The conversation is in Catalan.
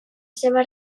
seva